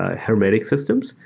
ah hermetic systems,